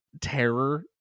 terror